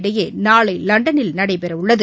இடையேநாளைலண்டனில் நடைபெறவுள்ளது